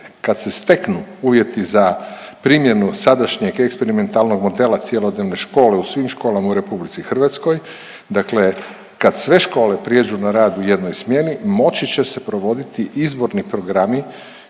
kad se steknu uvjeti za primjenu sadašnjeg eksperimentalnog modela cjelodnevne škole u svim školama u Republici Hrvatskoj, dakle kad sve škole prijeđu na rad u jednoj smjeni moći će se provoditi izborni programi